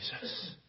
Jesus